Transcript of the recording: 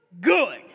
good